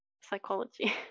psychology